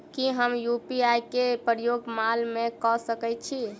की हम यु.पी.आई केँ प्रयोग माल मै कऽ सकैत छी?